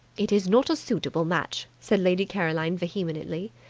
it is not a suitable match, said lady caroline vehemently.